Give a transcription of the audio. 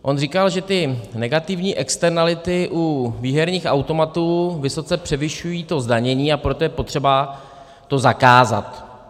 On říkal, že ty negativní externality u výherních automatů vysoce převyšují to zdanění, a proto je potřeba to zakázat.